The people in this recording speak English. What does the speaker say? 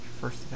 First